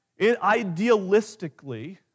idealistically